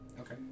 Okay